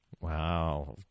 wow